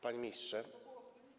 Panie Ministrze!